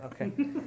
okay